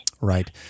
Right